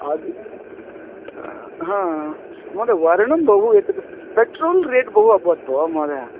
आदिः हा महोदय वर्णः बहु एतत् पेट्रोल् रेट् बहु अभवत् भोः महोदय